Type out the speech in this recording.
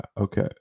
okay